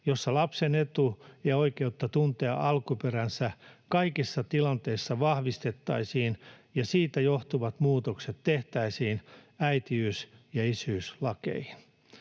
jossa lapsen etua ja oikeutta tuntea alkuperänsä kaikissa tilanteissa vahvistettaisiin ja siitä johtuvat muutokset tehtäisiin äitiys- ja isyyslakeihin.